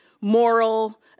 moral